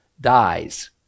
dies